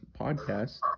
podcast